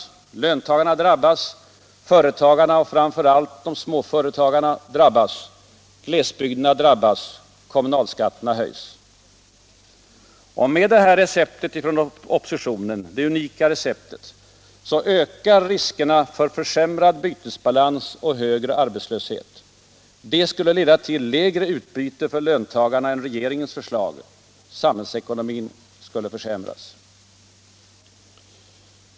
Löntagarna drabbas. Företagarna och framför allt småföretagarna drabbas. Glesbygderna drabbas. Kommunalskatterna höjs. Med oppositionens unika recept ökar riskerna för försämrad bytesbalans och högre arbetslöshet. Det skulle leda till lägre utbyte för löntagarna än regeringens förslag. Samhällsekonomin skulle försämras.